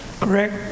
correct